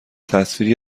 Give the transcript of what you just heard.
تصویری